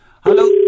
Hello